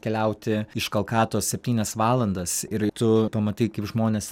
keliauti iš kalkatos septynias valandas ir tu pamatai kaip žmonės